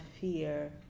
fear